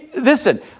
listen